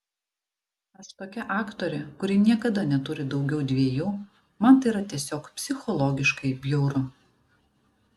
aš tokia aktorė kuri niekada neturi daugiau dviejų man tai yra tiesiog psichologiškai bjauru